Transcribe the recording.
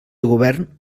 govern